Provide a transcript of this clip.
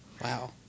Wow